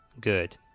Good